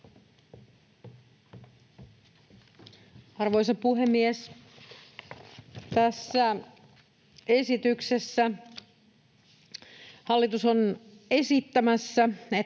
Arvoisa puhemies! Tässä esityksessä hallitus on esittämässä, että